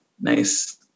Nice